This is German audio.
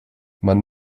man